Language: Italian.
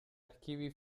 archivi